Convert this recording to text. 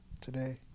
Today